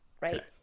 right